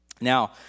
Now